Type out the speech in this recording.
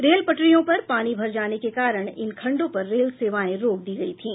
rail पटरियों पर पानी भर जाने के कारण इन खंडों पर रेल सेवाएं रोक दी गई थीं